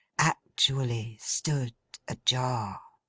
actually stood ajar!